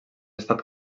estat